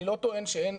אני לא טוען שאין,